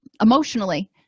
emotionally